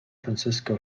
francisco